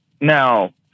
Now